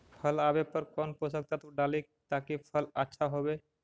फल आबे पर कौन पोषक तत्ब डाली ताकि फल आछा होबे?